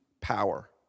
power